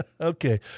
Okay